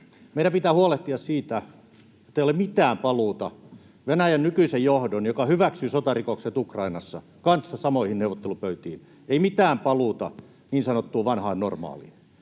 Meidän pitää huolehtia siitä, ettei ole mitään paluuta Venäjän nykyisen johdon, joka hyväksyy sotarikokset Ukrainassa, kanssa samoihin neuvottelupöytiin — ei mitään paluuta niin sanottuun vanhaan normaaliin.